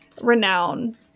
renown